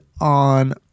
on